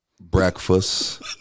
breakfast